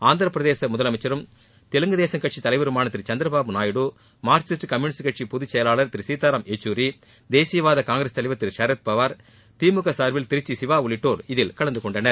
ஆந்திப்பிரதேச முதலமைச்சரும் தெலுங்கு தேசம் கட்சித்தலைவருமான திரு Chandrababu Naidu Marxist communist கட்சி பொதுச்செயலாளர் திரு சீத்தாராதம் பெச்சூரி தேசியவாத காங்கிரஸ் தலைவர் திரு சரத்பவார் திமுக சார்பில் திருச்சி சிவா உள்ளிட்டோர் இதில் கலந்துகொண்டனர்